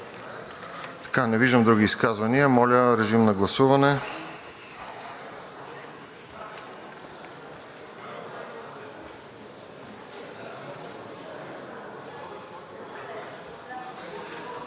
Не виждам други изказвания. Моля, режим на гласуване.